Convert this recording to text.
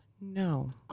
No